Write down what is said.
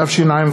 התשע"ו